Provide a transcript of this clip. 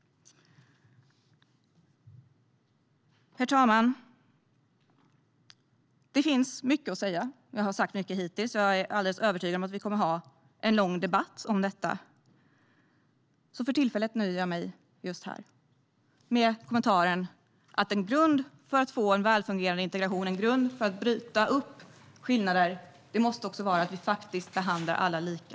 Herr talman! Det finns mycket att säga. Jag har sagt mycket hittills, och jag är övertygad om att vi kommer att ha en lång debatt om detta. För tillfället nöjer jag mig med kommentaren att en grund för en välfungerande integration och för att bryta upp skillnader måste vara att vi faktiskt behandlar alla lika.